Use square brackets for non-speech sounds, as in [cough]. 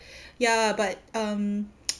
[breath] ya but um [noise]